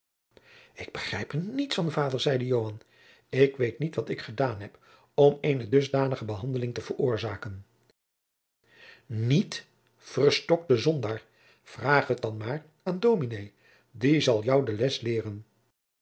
ik begrijp er niets van vader zeide joan ik weet niet wat ik gedaan heb om eene dusdanige behandeling te veroorzaken niet verstokte zondaar vraag het dan maar aan dominé die zal jou de les anders leeren